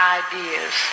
ideas